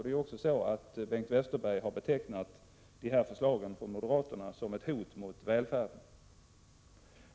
Bengt Westerberg har betecknat dessa förslag från moderaterna som ett hot mot välfärden.